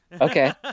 Okay